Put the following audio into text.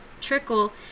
trickle